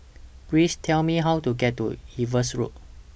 Please Tell Me How to get to Evans Road